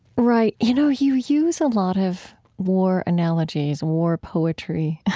right. you know, you use a lot of war analogies, war poetry,